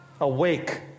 Awake